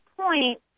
point